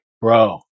bro